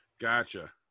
Gotcha